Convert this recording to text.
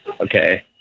okay